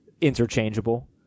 interchangeable